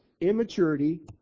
immaturity